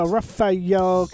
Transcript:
Raphael